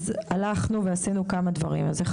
עשינו כמה דברים: א',